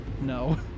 No